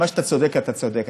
במה שאתה צודק, אתה צודק.